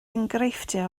enghreifftiau